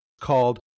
called